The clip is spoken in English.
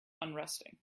unresting